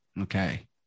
Okay